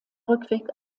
rückweg